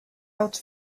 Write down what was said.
out